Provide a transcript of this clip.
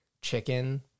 chicken